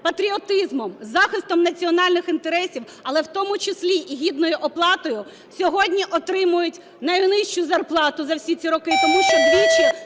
патріотизмом, захистом національних інтересів, але в тому числі і гідною оплатою, сьогодні отримують найнижчу зарплату за всі ці роки, тому що двічі,